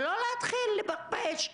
ולא להתחיל להתבחבש.